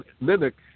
mimic